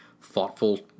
thoughtful